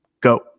go